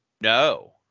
No